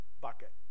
bucket